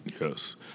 Yes